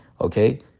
okay